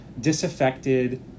disaffected